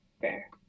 Fair